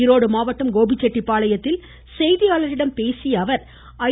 ஈரோடு மாவட்டம் கோபிசெட்டிபாளையத்தில் செய்தியாளர்களிடம் பேசிய அவர் ஐ